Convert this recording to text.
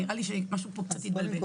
נראה לי שמשהו פה קצת התבלבל.